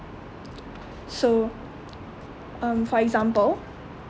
so um for example